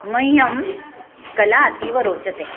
मह्यं कला अतीव रोचते